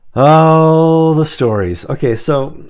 oh the stories. okay so